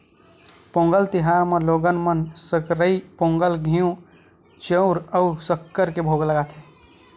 पोंगल तिहार म लोगन मन सकरई पोंगल, घींव, चउर अउ सक्कर के भोग लगाथे